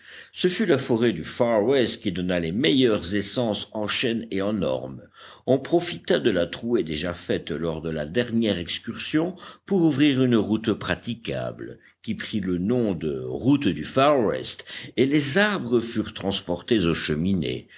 ce fut la forêt du far west qui donna les meilleures essences en chênes et en ormes on profita de la trouée déjà faite lors de la dernière excursion pour ouvrir une route praticable qui prit le nom de route du farwest et les arbres furent transportés aux cheminées